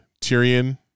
Tyrion